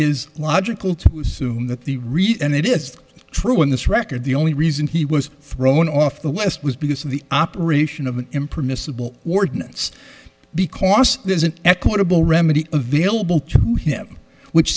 is logical to assume that the reason it is true in this record the only reason he was thrown off the west was because of the operation of an impermissible ordinance because there is an equitable remedy available to him which